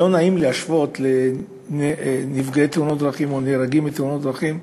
לא נעים להשוות למספר נפגעי תאונות דרכים או הרוגים בתאונות דרכים,